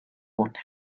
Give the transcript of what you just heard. would